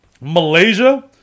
Malaysia